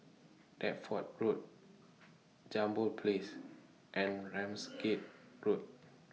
Deptford Road Jambol Place and Ramsgate Road